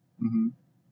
mmhmm